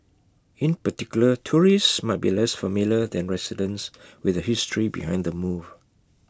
in particular tourists might be less familiar than residents with the history behind the move